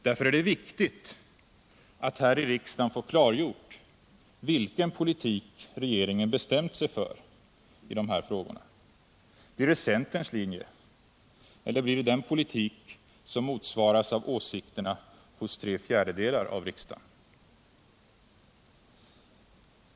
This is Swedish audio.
Därför är det viktigt att här i riksdagen få klargjort vilken politik regeringen bestämt sig för i dessa frågor. Blir det centerns linje, eller blir det den politik som motsvaras av åsikterna hos tre fjärdedelar av riksdagen?